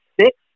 six